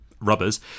rubbers